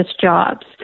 jobs